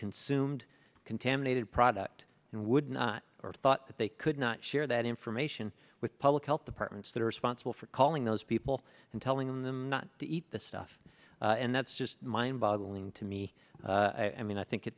consumed contaminated product and would not or thought that they could not share that information with public health departments that are responsible for calling those people and telling them not to eat the stuff and that's just mind boggling to me i mean i think